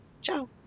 Ciao